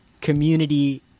community